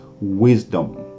wisdom